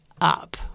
up